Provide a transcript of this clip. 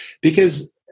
because-